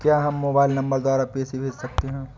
क्या हम mobile number द्वारा पैसे भेज सकते हैं?